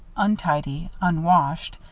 untidy, unwashed,